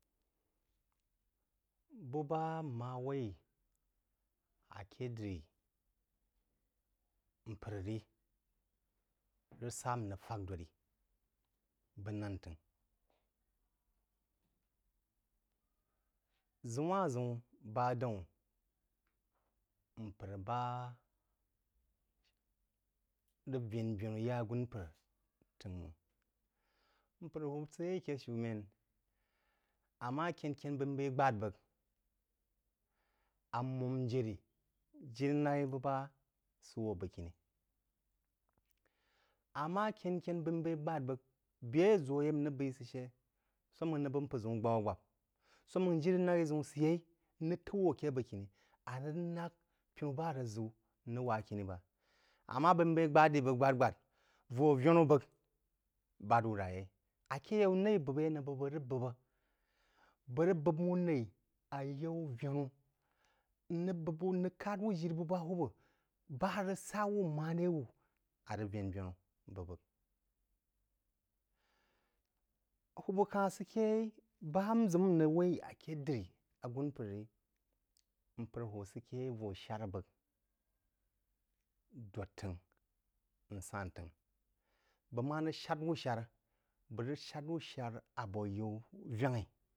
Bú ba m ma wai aké diri mpər rí a bəg rəg sa n rəg fál dōd rī bəg nán t’əngh ʒəun-wā,-ʒəun bá daún mpər ba rəg vən – vənu ya agūn-mpər. Mpər-hūwūb sə yeí aké shúmen amma kyēn kyēn n b’eí beí gba’d bəg a mōm jēn jiri-nak bəg ba sə wú akē bəg kini, amma kyēn kyēn n beī gbād bəg, bē a ʒō yeí n rəg beī sə shə sō máng n’əgh bəg mpər-ʒəun gbāp-gbāp sō mang jiri-nagh ʒəun səyeī n rəg t’ú ake bəgkīnī, a rəg nagh pinú bá a rəg ʒəu n rəg wá khinī bəg, amma beī n beī gbad di bəg gbād gbād, vō vənu, n rəg b’p, n rəg kād wú jiri bu ba hūwūb, ba rəg sa wū marē wú ā rəg vən vənu bəg bəgk hūwūb ka-hn sə ké yeí bá n ʒəm n rəg wai aké diri agūn-mpər rí – mpər hūwūb sə ké yeī vō shár bəg dōd t’əngh, n san t’əngh, bəg ma rəg shad-wu shar bəg rəg o had wú shar abō yaú vəngh-ī.